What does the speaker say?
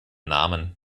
namen